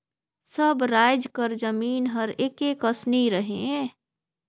सब राएज कर जमीन हर एके कस नी रहें